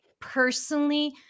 personally